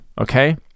Okay